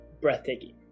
breathtaking